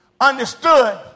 understood